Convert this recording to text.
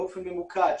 באופן ממוקד,